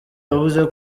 yavuze